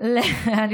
תהיי אופטימית.